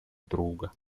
друга